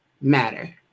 matter